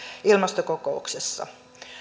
ilmastokokouksessa